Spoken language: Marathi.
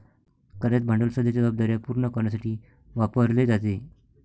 कार्यरत भांडवल सध्याच्या जबाबदार्या पूर्ण करण्यासाठी वापरले जाते